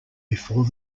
before